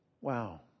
Wow